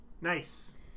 Nice